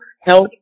help